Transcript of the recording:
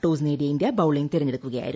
toss നേടിയ India bowling തിരഞ്ഞെടുക്കുകയായിരുന്നു